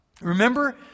Remember